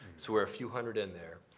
so we're a few hundred in there.